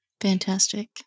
Fantastic